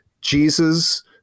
Jesus